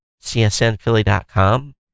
CSNPhilly.com